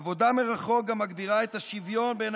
עבודה מרחוק גם מגבירה את השוויון בין